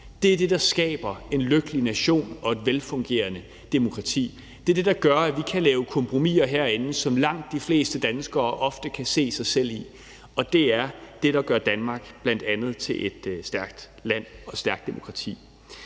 Det er det, der skaber en lykkelig nation og et velfungerende demokrati. Det er det, der gør, at vi kan lave kompromiser herinde, som langt de fleste danskere ofte kan se sig selv i. Og det er bl.a. det, der gør Danmark til et stærkt land og et stærkt demokrati.